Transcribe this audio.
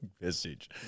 message